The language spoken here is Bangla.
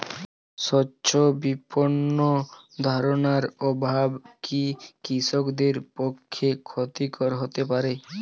স্বচ্ছ বিপণন ধারণার অভাব কি কৃষকদের পক্ষে ক্ষতিকর হতে পারে?